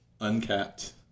Uncapped